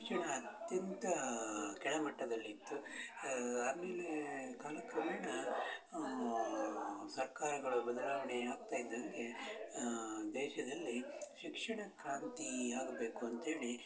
ಶಿಕ್ಷಣ ಅತ್ಯಂತ ಕೆಳಮಟ್ಟದಲ್ಲಿತ್ತು ಆಮೇಲೆ ಕಾಲಕ್ರಮೇಣ ಸರ್ಕಾರಗಳು ಬದಲಾವಣೆ ಆಗ್ತ ಇದ್ದಂತೆ ದೇಶದಲ್ಲಿ ಶಿಕ್ಷಣ ಕ್ರಾಂತಿ ಆಗಬೇಕು ಅಂತೇಳಿ